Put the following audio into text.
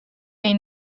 این